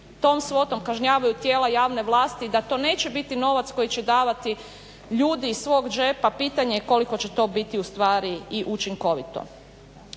tom svotom kažnjavaju tijela javne vlasti, da to neće biti novac koji će davati ljudi iz svog džepa. Pitanje je koliko će to biti u stvari i učinkovito.